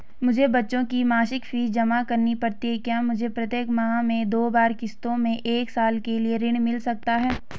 मुझे बच्चों की मासिक फीस जमा करनी पड़ती है क्या मुझे प्रत्येक माह में दो बार किश्तों में एक साल के लिए ऋण मिल सकता है?